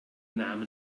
namen